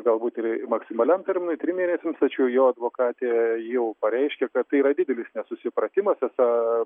galbūt ir maksimaliam terminui trim mėnesiams tačiau jo advokatė jau pareiškė kad tai yra didelis nesusipratimas esą